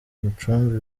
gicumbi